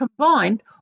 combined